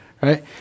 right